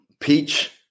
peach